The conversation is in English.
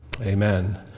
Amen